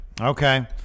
Okay